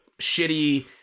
shitty